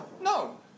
no